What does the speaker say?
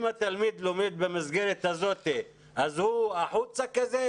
אם התלמיד לומד במסגרת הזאת אז הוא החוצה כזה,